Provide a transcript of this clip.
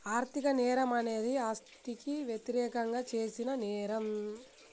ఆర్థిక నేరం అనేది ఆస్తికి వ్యతిరేకంగా చేసిన నేరం